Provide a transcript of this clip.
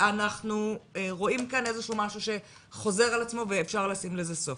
אנחנו רואים כאן איזשהו משהו שחוזר על עצמו ואפשר לשים לזה סוף?